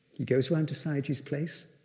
he goes around to sayagyi's place,